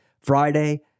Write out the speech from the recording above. Friday